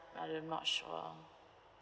I do not sure